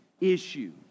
issue